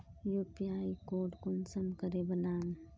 UPI code कुंसम करे बनाम?